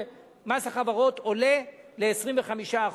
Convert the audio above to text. ומס החברות עולה ל-25%,